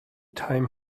time